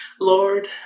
Lord